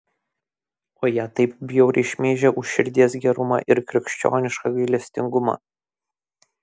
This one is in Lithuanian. o ją taip bjauriai šmeižia už širdies gerumą ir krikščionišką gailestingumą